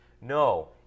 No